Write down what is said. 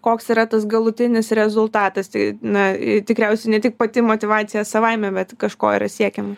koks yra tas galutinis rezultatas tai na tikriausiai ne tik pati motyvacija savaime bet kažko yra siekiama